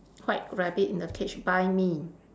white rabbit in the cage buy me